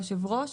היושב-ראש,